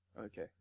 Okay